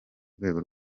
rwego